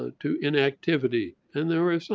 ah to inactivity. and there are some,